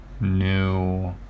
new